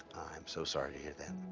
i'm so sorry to hear that.